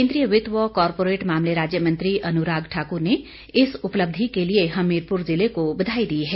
केंद्रीय वि त्ता व कॉरपोरेट मामले राज्य मंत्री अनुराग ठाकुर ने इस उपलब्धि के लिए हमीरपुर जिले को बधाई दी है